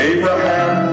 Abraham